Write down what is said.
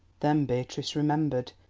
then beatrice remembered.